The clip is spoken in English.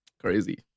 crazy